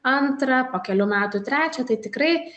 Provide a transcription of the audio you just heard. antrą po kelių metų trečią tai tikrai